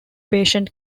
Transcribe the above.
patient